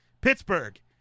Pittsburgh